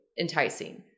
enticing